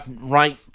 right